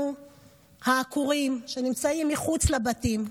אנחנו העקורים, שנמצאים מחוץ לבתים,